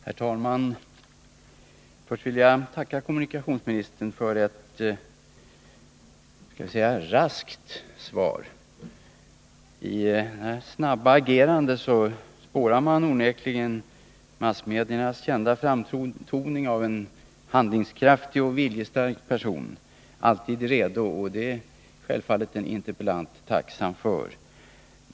Herr talman! Först vill jag tacka kommunikationsministern för ett raskt svar. I det snabba agerandet spårar man onekligen massmediernas kända framtoning av en handlingskraftig och viljestark person, alltid redo. Det är självfallet en interpellant tacksam för.